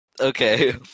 Okay